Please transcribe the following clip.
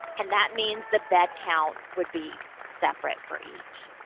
and that means the bed count would be separate for each.